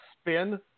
spin